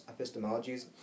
epistemologies